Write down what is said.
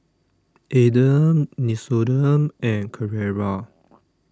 Aden Nixoderm and Carrera